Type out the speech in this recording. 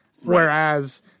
Whereas